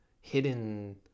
hidden